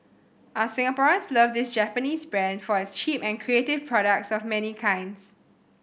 our Singaporeans love this Japanese brand for its cheap and creative products of many kinds